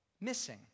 missing